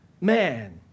man